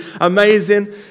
amazing